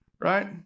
right